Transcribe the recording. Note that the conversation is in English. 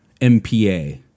MPA